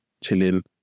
chilling